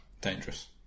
dangerous